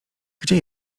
gdzie